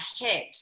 head